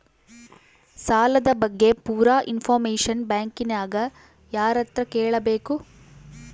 ಸಾಲದ ಬಗ್ಗೆ ಪೂರ ಇಂಫಾರ್ಮೇಷನ ಬ್ಯಾಂಕಿನ್ಯಾಗ ಯಾರತ್ರ ಕೇಳಬೇಕು?